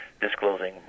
disclosing